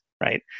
right